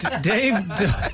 Dave